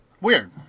Weird